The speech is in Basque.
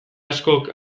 askok